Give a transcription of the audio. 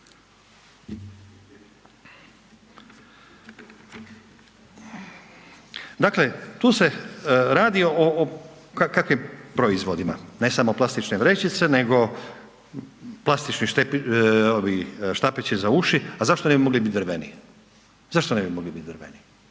Dakle, tu se radi o, o kakvim proizvodima, ne samo plastične vrećice, nego plastični ovi štapići za uši, a zašto ne bi mogli bit drveni, zašto ne bi mogli bit drveni?